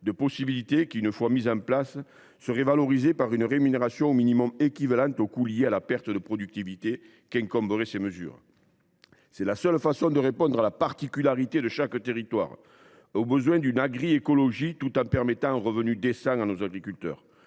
de possibilités qui, une fois mises en place, seraient valorisées par une rémunération au minimum équivalente au coût lié à la perte de productivité induite par ces mesures. Telle est la seule façon de répondre à la particularité de chaque territoire et au besoin d’une agroécologie cohérente, tout en permettant à nos agriculteurs